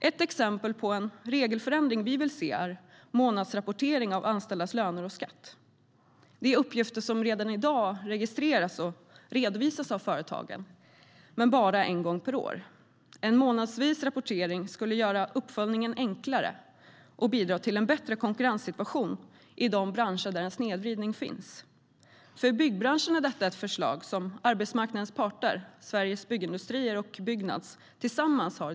Ett exempel på en regelförändring vi vill se är månadsrapportering av anställdas löner och skatt. Det är uppgifter som redan i dag registreras och redovisas av företagen, men bara en gång per år. En månadsvis rapportering skulle göra uppföljningen enklare och bidra till en bättre konkurrenssituation i de branscher där en snedvridning finns. För byggbranschen är detta ett förslag som arbetsmarknadens parter - Sveriges Byggindustrier och Byggnads - har drivit tillsammans.